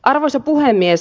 arvoisa puhemies